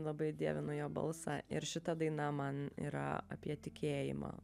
labai dievinu jo balsą ir šita daina man yra apie tikėjimą